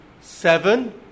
seven